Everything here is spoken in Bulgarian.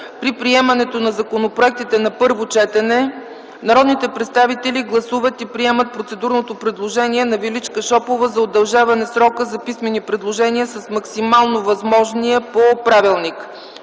при приемането на законопроектите на първо четене народните представители гласуват и приемат процедурното предложение на Величка Шопова за удължаване на срока за приемане на писмени предложения с максимално възможния по правилника.